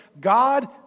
God